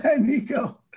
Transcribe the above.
nico